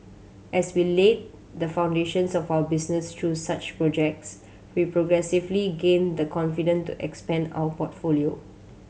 as we laid the foundations of our businesses through such projects we progressively gained the confidence to expand our portfolio